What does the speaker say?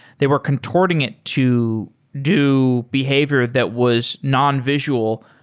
they were contorting it to do behavior that was non-visual,